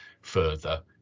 further